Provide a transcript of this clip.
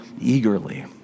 eagerly